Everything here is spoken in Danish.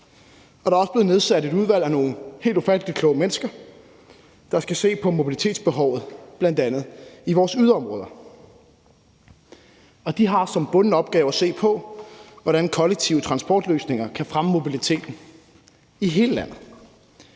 Der er også blevet nedsat et udvalg af nogle helt ufattelig kloge mennesker, der skal se på mobilitetsbehovet i bl.a. vores yderområder. De har som bunden opgave at se på, hvordan kollektive transportløsninger kan fremme mobiliteten i hele landet.